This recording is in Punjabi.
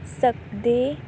ਸਕਦੇ